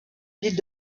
ville